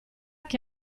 che